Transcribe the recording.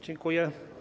Dziękuję.